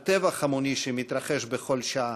על טבח המוני שמתרחש בכל שעה,